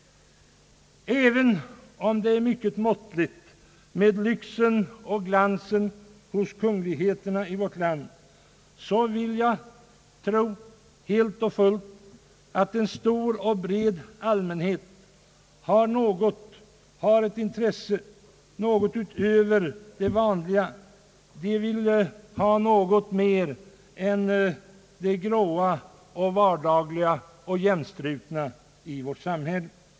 Även om det är mycket måttligt med lyxen och glansen hos kungligheterna i vårt land, vill jag helt och fullt tro att en stor och bred allmänhet har ett intresse av något utöver det vanliga, det grå, vardagliga och jämnstrukna i vårt samhälle.